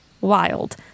wild